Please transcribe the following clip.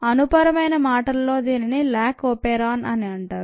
అణుపరమైన మాటల్లో దీనిని lac operon అంటారు